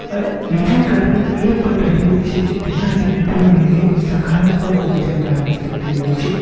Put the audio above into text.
અને બીજું કારણ એ પણ રહેલું છે કે તેના લીધે સકારાત્મક ઉર્જા પ્રાપ્ત થતી હોય છે